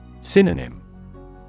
Synonym